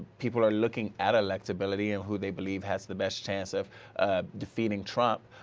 people are looking at electability and who they believe has the best chance of defeating trump.